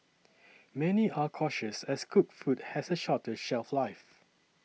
many are cautious as cooked food has a shorter shelf life